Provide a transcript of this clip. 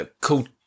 cool